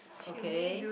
okay